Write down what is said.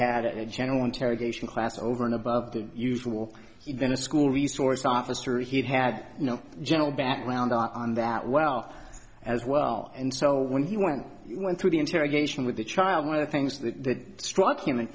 had a general interrogation class over and above the usual he'd been a school resource officer he'd had no general background on that well as well and so when he went went through the interrogation with the child one of the things that struck him in